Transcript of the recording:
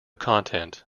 content